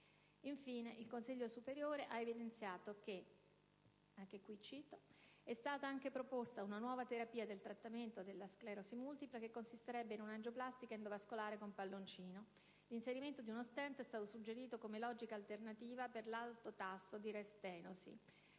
Infine, il Consiglio superiore di sanità ha evidenziato che, ed anche qui cito: «è stata anche proposta una nuova terapia del trattamento della sclerosi multipla che consisterebbe in una angioplastica endovascolare con palloncino; l'inserimento di uno *stent* è stato suggerito come "logica alternativa" per l'alto tasso di re-stenosi;